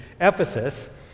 Ephesus